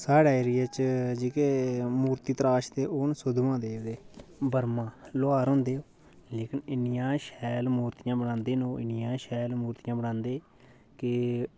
साढ़ै ऐरिये च जेह्के मूर्ति तराशदे ओह् न सुद्धमहादेव दे वर्मा लौहार होंदा लेकिन इन्नियां शैल मूर्तियां बनांदे इन्नियां शैल मूर्तियां बनांदे कि